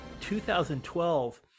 2012